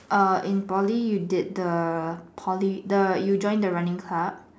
err in Poly you did the Poly you join the running club